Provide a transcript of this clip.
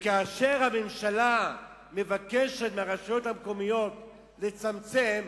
וכאשר הממשלה מבקשת מהרשויות המקומיות לצמצם,